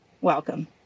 Welcome